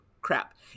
crap